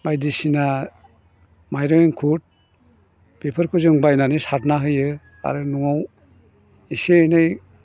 बायदिसिना माइरं एंखुर बेफोरखौ जों बायनानै सारना होयो आरो न'आव एसे एनै